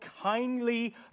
kindly